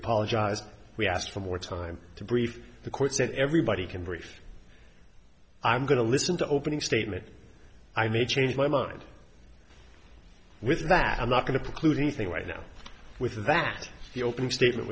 apologized we asked for more time to brief the court said everybody can brief i'm going to listen to opening statement i made changed my mind with that i'm not going to preclude anything right now with that the opening statement